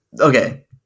Okay